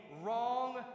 wrong